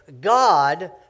God